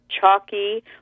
chalky